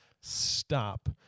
stop